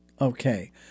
okay